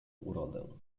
urodę